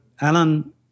Alan